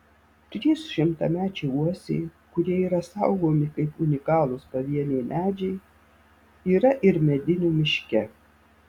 trys šimtamečiai uosiai kurie yra saugomi kaip unikalūs pavieniai medžiai yra ir medinių miške